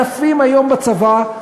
אלפים היום בצבא,